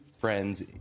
friends